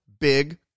big